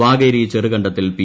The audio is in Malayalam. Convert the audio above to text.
വാകേരി ചെറുകണ്ടത്തിൽ പി